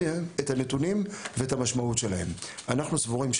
אנחנו סבורים,